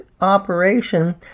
operation